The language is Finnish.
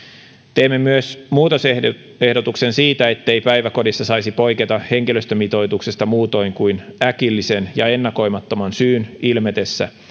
teimme myös muutosehdotuksen siitä ettei päiväkodissa saisi poiketa henkilöstömitoituksesta muutoin kuin äkillisen ja ennakoimattoman syyn ilmetessä